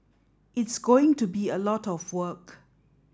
it's going to be a lot of work